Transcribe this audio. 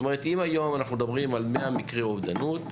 אם היום אנחנו מדברים על 100 מקרי אובדנות,